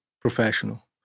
professional